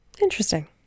interesting